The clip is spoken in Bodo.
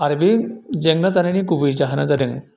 आरो बे जेंना जानायनि गुबै जाहोना जादों